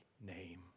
name